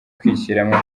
kwishyiramo